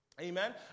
Amen